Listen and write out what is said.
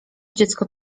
dziecko